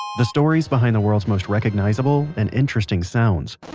the stories behind the world's most recognizable and interesting sounds.